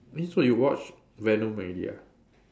eh so you watch Venom already ah